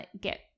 Get